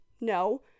No